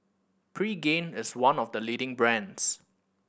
pregain is one of the leading brands